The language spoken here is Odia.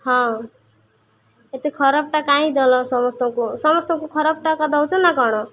ହଁ ଏତେ ଖରାପଟା କାଇଁ ଦେଲ ସମସ୍ତଙ୍କୁ ସମସ୍ତଙ୍କୁ ଖରାପଟା ଆକା ଦଉଛ ନା କ'ଣ